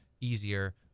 easier